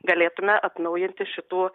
galėtume atnaujinti šitų